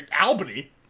Albany